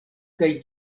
kaj